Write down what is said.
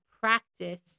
practice